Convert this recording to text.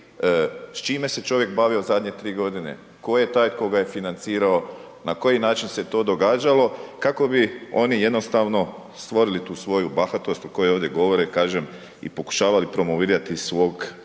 s čime se čovjek bavio zadnje 3 godine, tko je taj tko ga je financirao, na koji način se to događalo, kako bi oni jednostavno stvorili tu svoju bahatost o kojoj ovdje govore, kažem i pokušavali promovirati svog